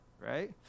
right